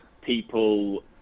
people